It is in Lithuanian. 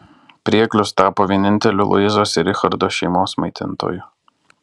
prieglius tapo vieninteliu luizos ir richardo šeimos maitintoju